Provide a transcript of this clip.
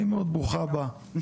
נעים מאוד, ברוכה הבאה.